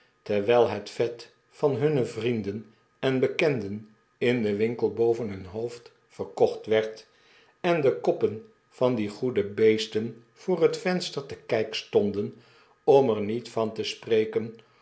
terwyl het vet van hunne vriendenenbekenden in den winkel boven hun hoofd verkocht werd en de koppen van die goede beesten voor het venster te kijk stonden om er niet van te spreken